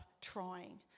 trying